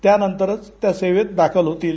त्यानंतर त्या सेवेत दाखल होतील